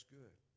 good